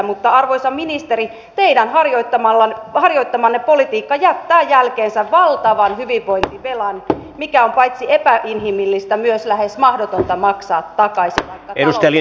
mutta arvoisa ministeri teidän harjoittamanne politiikka jättää jälkeensä valtavan hyvinvointivelan mikä on paitsi epäinhimillistä myös lähes mahdotonta maksaa takaisin vaikka taloutemme kääntyisi nousuun